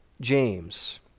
James